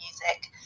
music